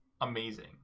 amazing